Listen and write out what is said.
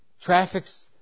Traffic's